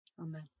Amen